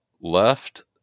left